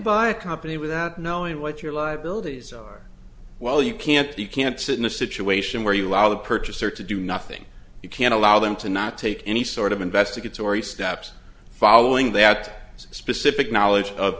buy a company without knowing what your liabilities are well you can't you can't sit in a situation where you allow the purchaser to do nothing you can't allow them to not take any sort of investigatory steps following that specific knowledge of